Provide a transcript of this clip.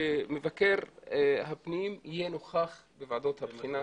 שמבקר הפנים יהיה נוכח בוועדות הבחינה.